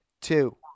two